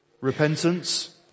repentance